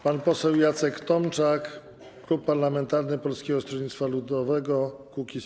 Pan poseł Jacek Tomczak, klub parlamentarny Polskiego Stronnictwa Ludowego - Kukiz15.